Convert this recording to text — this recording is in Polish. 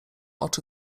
oczy